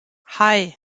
hei